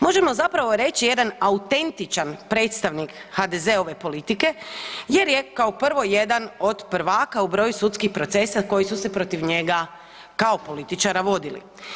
Možemo zapravo reći jedan autentičan predstavnik HDZ-ove politike jer je kao prvo jedan od prvaka u broju sudskih procesa koji su se protiv njega kao političara vodili.